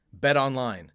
BetOnline